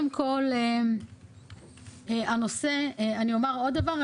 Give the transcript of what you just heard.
ואומר עוד דבר,